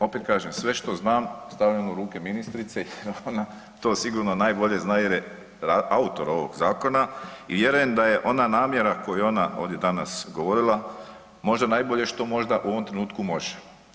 Opet kažem, sve što znam stavljam u ruke ministrice jer ona to sigurno najbolje zna jer je autor ovog zakona i vjerujem da je ona namjera koju je ona ovdje danas govorila možda najbolje što možda u ovom trenutku može.